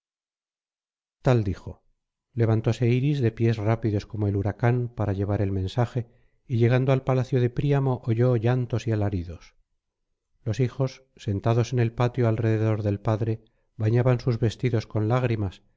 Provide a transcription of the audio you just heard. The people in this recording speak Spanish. tal dijo levantóse iris de pies rápidos como el huracán para llevar el mensaje y llegando al palacio de príamo oyó llantos y alaridos los hijos sentados en el patio alrededor del padre bañaban sus vestidos con lágrimas